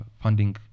funding